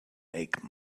make